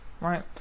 right